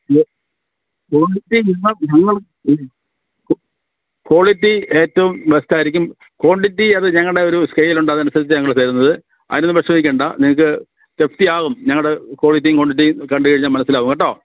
ഇത് കോണ്ടിറ്റി ഉള്ള ഞങ്ങൾ കോളിറ്റി ഏറ്റവും ബെസ്റ്റായിരിക്കും കോണ്ടിറ്റി അത് ഞങ്ങളുടെ ഒരു സ്കെയിലുണ്ട് അതനുസരിച്ച് ഞങ്ങൾ തരുന്നത് അതിനൊന്നും വിഷമിക്കേണ്ട നിങ്ങൾക്ക് തൃപ്തിയാവും ഞങ്ങളുടെ ക്വാളിറ്റിയും ക്വാണ്ടിറ്റിയും കണ്ടു കഴിഞ്ഞാൽ മനസ്സിലാവും കേട്ടോ